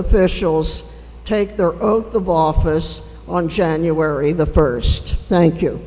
officials take their oath of office on january the first thank you